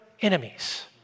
enemies